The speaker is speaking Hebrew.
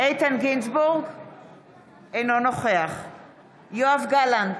אינו נוכח יואב גלנט,